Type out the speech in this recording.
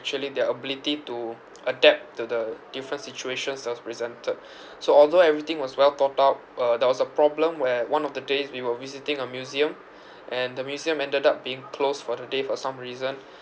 their ability to adapt to the different situations that was presented so although everything was well thought out uh there was a problem where one of the days we were visiting a museum and the museum ended up being closed for the day for some reason